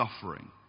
suffering